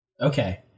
Okay